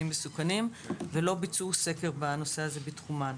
מסוכנים ולא ביצעו סקר בנושא הזה בתחומן.